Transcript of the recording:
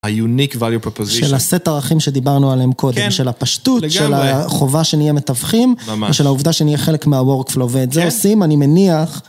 של הסט ערכים שדיברנו עליהם קודם, של הפשטות, של החובה שנהיה מתווכים ושל העובדה שנהיה חלק מהוורקפלו ואת זה עושים, אני מניח.